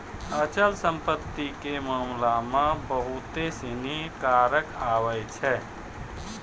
अचल संपत्ति के मामला मे बहुते सिनी कारक आबै छै